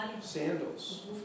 Sandals